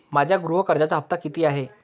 माझ्या गृह कर्जाचा हफ्ता किती आहे?